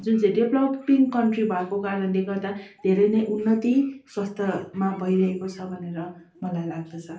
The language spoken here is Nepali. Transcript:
जुन चाहिँ डेपलोपिङ कन्ट्री भएको कारणले गर्दा धेरै नै उन्नति स्वास्थ्यमा भइरहेको छ भनेर मलाई लाग्दछ